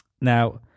Now